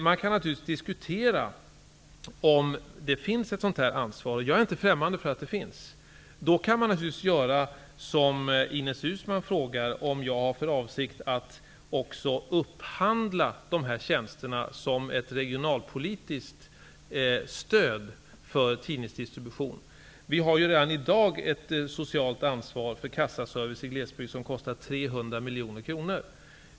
Man kan naturligtvis diskutera om det finns ett sådant ansvar. Jag är inte främmande för att det finns. Då kan man naturligtvis göra det Ines Uusmann frågar om, nämligen upphandla tjänsterna som ett regionalpolitiskt stöd för tidningsdistribution. Vi har redan i dag ett socialt ansvar för kassaservice i glesbygd som kostar 300 miljoner kronor.